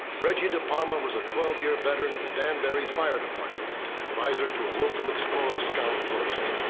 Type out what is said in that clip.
reggie depalma was a twelve year veteran of the danbury fire department and adviser to a local explorer scout post.